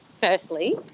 firstly